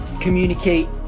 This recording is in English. communicate